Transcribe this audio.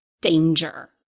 danger